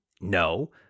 No